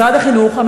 משרד החינוך,